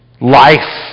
life